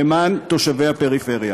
למען תושבי הפריפריה.